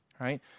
right